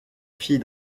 fille